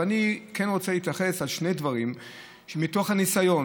אבל אני כן רוצה להתייחס לשני דברים מתוך הניסיון,